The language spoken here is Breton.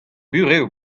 burev